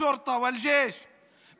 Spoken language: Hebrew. אחינו מהרשימה הערבית המאוחדת,